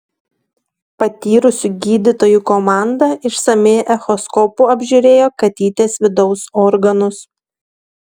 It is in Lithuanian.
patyrusių gydytojų komanda išsamiai echoskopu apžiūrėjo katytės vidaus organus